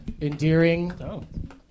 endearing